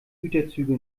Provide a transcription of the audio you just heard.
güterzüge